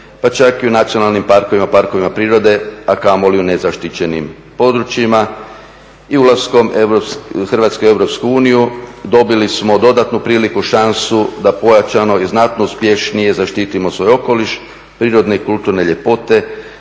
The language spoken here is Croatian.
pa čak i u nacionalnim parkovima, parkovima prirode, a kamoli u nezaštićenim područjima. I ulaskom Hrvatske u EU dobili smo dodatnu priliku i šansu da pojačano i znatno uspješnije zaštitimo svoj okoliš, prirodne i kulturne ljepote